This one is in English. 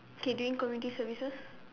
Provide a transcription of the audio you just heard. K doing community services